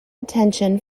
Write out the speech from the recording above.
attention